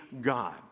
God